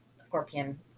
scorpion